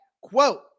quote